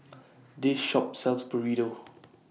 This Shop sells Burrito